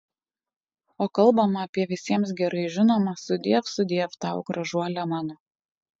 o kalbama apie visiems gerai žinomą sudiev sudiev tau gražuole mano